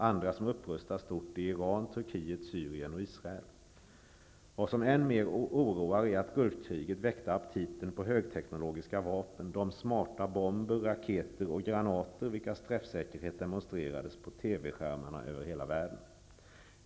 Andra som upprustar stort är Iran, Turkiet, Syrien och Vad som är än mer oroande är att Gulfkriget väckte aptiten på högteknologiska vapen, de ''smarta'' bomber, raketer och granater vilkas träffsäkerhet demonstrerades på TV-skärmarna över hela världen.